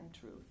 truth